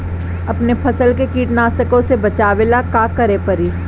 अपने फसल के कीटनाशको से बचावेला का करे परी?